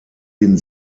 den